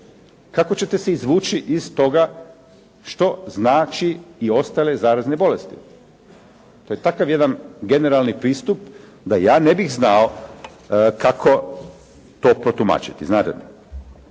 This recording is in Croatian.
Kako ćete se izvući iz toga što znači i ostale zarazne bolesti? To je takav jedan generala pristup da ja ne bih znao kako to protumačiti, znate?